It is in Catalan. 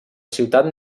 ciutat